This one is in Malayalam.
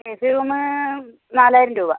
ഏ സി റൂമ് നാലായിരം രൂപ